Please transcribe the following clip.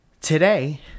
Today